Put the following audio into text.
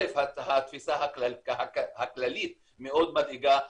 קודם כל התפיסה הכללית מאוד מדאיגה,